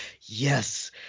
yes